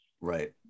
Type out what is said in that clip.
Right